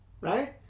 right